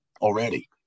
already